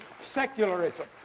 secularism